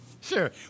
Sure